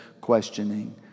questioning